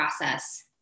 process